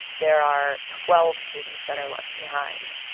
there are twelve students that are left behind